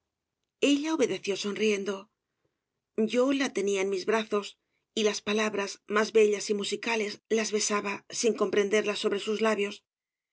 ella obedeció sonriendo yo la tenía en mis brazos y las palabras más bellas y musicales las besaba sin comprenderlas sobre sus labios